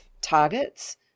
targets